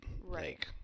Right